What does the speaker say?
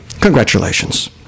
congratulations